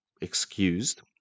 excused